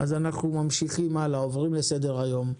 אז אנחנו ממשיכים הלאה, עוברים לסדר היום.